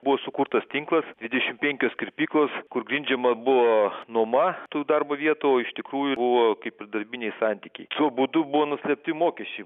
buvo sukurtas tinklas dvidešim penkios kirpyklos kur grindžiama buvo nuoma tų darbo vietų o iš tikrųjų buvo kaip ir darbiniai santykiai tuo būdu buvo nuslėpti mokesčiai